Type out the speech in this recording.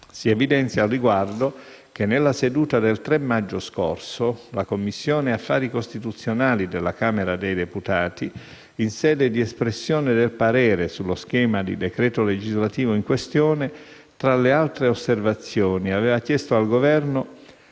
Si evidenzia, al riguardo, che nella seduta del 3 maggio scorso, la Commissione affari costituzionali della Camera dei deputati, in sede di espressione del parere sullo schema di decreto legislativo in questione, tra le altre osservazioni aveva chiesto al Governo